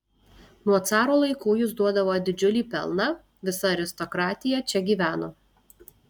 nuo caro laikų jis duodavo didžiulį pelną visa aristokratija čia gyveno